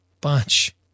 bunch